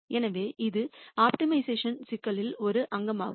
எனவே இது ஆப்டிமைசேஷன் சிக்கலில் ஒரு அங்கமாகும்